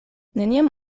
neniam